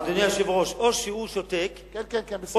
אדוני היושב-ראש, או שהוא שותק, כן, כן, כן, בסדר.